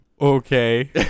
Okay